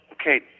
okay